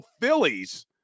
Phillies